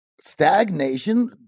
stagnation